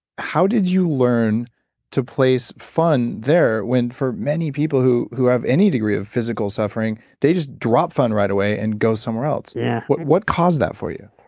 how did you learn to place fun there, when for many people who who have any degree of physical suffering, they just drop fun right away and go somewhere else? yeah what what caused that for you?